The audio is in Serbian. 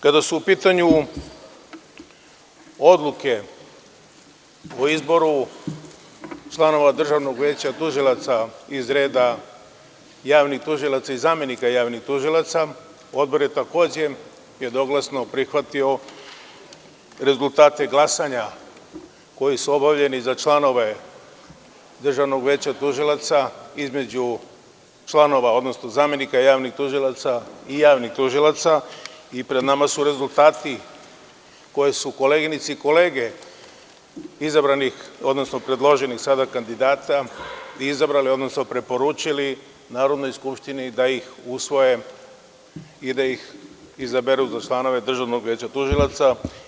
Kada su u pitanju odluke o izboru članova Državnog veća tužilaca iz reda javnih tužilaca i zamenika javnih tužilaca, Odbor je takođe jednoglasno prihvatio rezultate glasanja koji su obavljeni za članove Državnog veća tužilaca između članova odnosno zamenika javnih tužilaca i javnih tužilaca i pred nama su rezultati koje su koleginice i kolege izabranih odnosno sada predloženih kandidata izabrali odnosno preporučili Narodnoj skupštini da ih usvoji i da ih izabere za članove Državnog veća tužilaca.